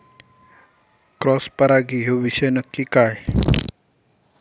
Cross परागी ह्यो विषय नक्की काय?